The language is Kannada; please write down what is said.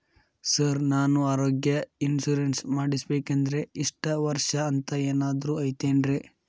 ಸರ್ ನಾನು ಆರೋಗ್ಯ ಇನ್ಶೂರೆನ್ಸ್ ಮಾಡಿಸ್ಬೇಕಂದ್ರೆ ಇಷ್ಟ ವರ್ಷ ಅಂಥ ಏನಾದ್ರು ಐತೇನ್ರೇ?